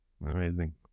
Amazing